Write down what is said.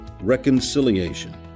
reconciliation